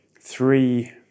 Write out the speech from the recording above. three